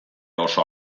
oso